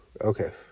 Okay